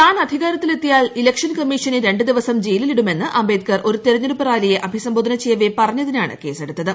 താൻ അധികാരത്തിലെത്തിയാൽ ഇലക്ഷൻ കമ്മീഷനെ രണ്ട് ദിവസം ജയിലിലിടുമെന്ന് അംബേദ്കർ ഒരു തെരഞ്ഞെടുപ്പ് റാലിയെ അഭിസംബോധന ചെയ്യവേ പറഞ്ഞതിനാണ് കേസെടുത്തത്